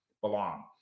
belong